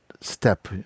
step